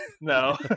No